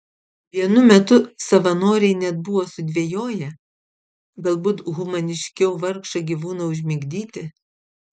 vienu metu savanoriai net buvo sudvejoję galbūt humaniškiau vargšą gyvūną užmigdyti